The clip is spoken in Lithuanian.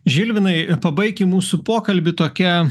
žilvinai pabaikim mūsų pokalbį tokia